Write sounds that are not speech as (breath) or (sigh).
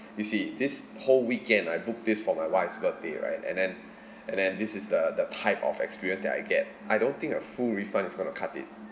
you see this whole weekend I booked this for my wife's birthday right and then (breath) and then this is the the type of experience that I get I don't think a full refund is going to cut it